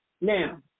Now